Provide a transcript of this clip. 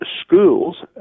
schools